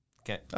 Okay